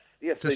Yes